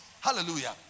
Hallelujah